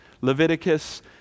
Leviticus